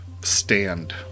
stand